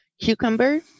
cucumber